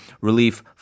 relief